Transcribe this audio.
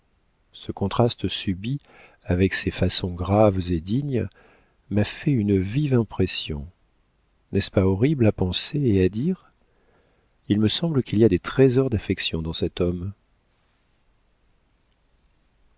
ce contraste subit avec ses façons graves et dignes m'a fait une vive impression n'est-ce pas horrible à penser et à dire il me semble qu'il y a des trésors d'affection dans cet homme